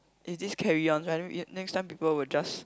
if this carry on right next time people will just